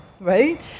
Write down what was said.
Right